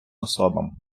особам